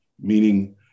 meaning